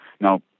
Now